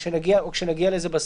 אולי כשנגיע לסעיף.